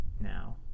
now